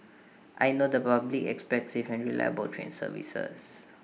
I know the public expects safe and reliable train services